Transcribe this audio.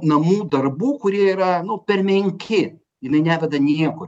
namų darbų kurie yra nu per menki jinai neveda niekur